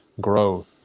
grow